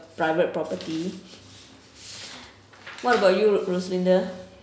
private property what about you roslinda